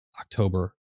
October